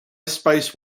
space